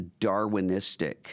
Darwinistic